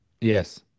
Yes